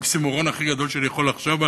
האוקסימורון הכי גדול שאני יכול לחשוב עליו,